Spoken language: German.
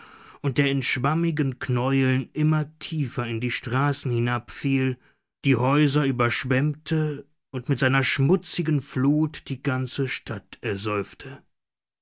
und der in schwammigen knäueln immer tiefer in die straßen hinabfiel die häuser überschwemmte und mit seiner schmutzigen flut die ganze stadt ersäufte